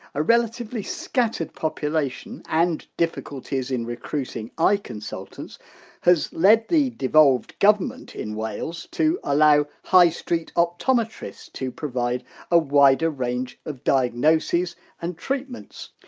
a relatively scattered population and difficulties in recruiting eye consultants has led the devolved government in wales to allow high street optometrists to provide a wider range of diagnoses and treatments.